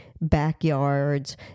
backyards